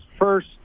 first